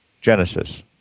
Genesis